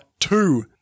Two